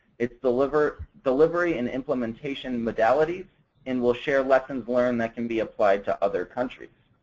its delivery delivery and implementation modalities and will share lessons learned that can be applied to other countries.